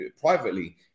privately